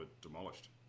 demolished